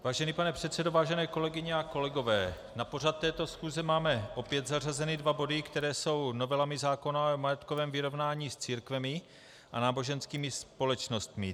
Vážený pane předsedo, vážené kolegyně a kolegové, na pořad této schůze máme opět zařazeny dva body, které jsou novelami zákona o majetkovém vyrovnání s církvemi a náboženskými společnostmi.